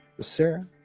Sarah